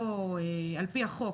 על פי החוק,